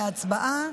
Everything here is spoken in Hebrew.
להצבעה,